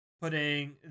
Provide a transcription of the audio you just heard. Putting